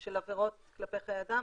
של עבירות כלפי חיי אדם.